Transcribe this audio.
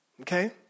Okay